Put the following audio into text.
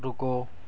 رُکو